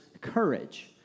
courage